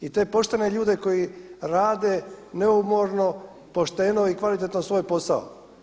I te poštene ljude koji rade neumorno, pošteno i kvalitetno svoj posao.